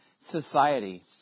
society